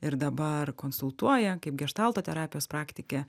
ir dabar konsultuoja kaip geštalto terapijos praktikė